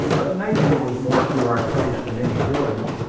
but nature was more to our taste than any village,